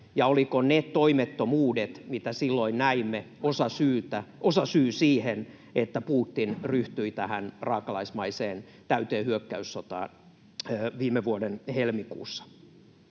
olivatko ne toimettomuudet, mitä silloin näimme, osasyy siihen, että Putin ryhtyi tähän raakalaismaiseen, täyteen hyökkäyssotaan viime vuoden helmikuussa.